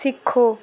सिक्खो